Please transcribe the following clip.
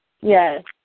yes